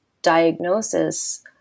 Diagnosis